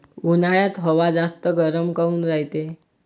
उन्हाळ्यात हवा जास्त गरम काऊन रायते?